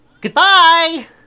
Goodbye